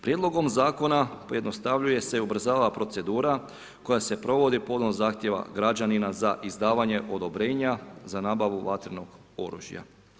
Prijedlogom zakona pojednostavljuje se i ubrzava procedura koja se provodi povodom zahtjeva građanina za izdavanje odobrenja za nabavu vatrenog oružja.